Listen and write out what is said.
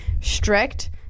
strict